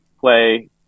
play